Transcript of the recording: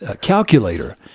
calculator